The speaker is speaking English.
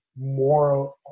more –